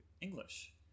English